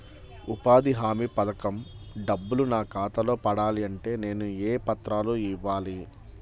ఉపాధి హామీ పథకం డబ్బులు నా ఖాతాలో పడాలి అంటే నేను ఏ పత్రాలు ఇవ్వాలి?